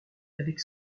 avec